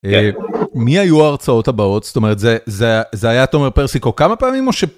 מי היו ההרצאות הבאות זאת אומרת זה זה זה היה תומר פרסיקו כמה פעמים.